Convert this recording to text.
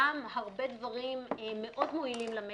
גם הרבה דברים מאוד מועילים למשק,